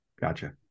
Gotcha